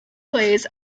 plays